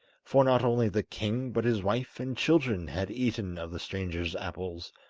for not only the king but his wife and children, had eaten of the stranger's apples,